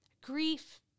grief